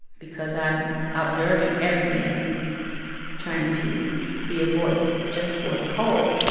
because i'm observing everything and trying to be a voice just for the whole,